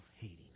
hating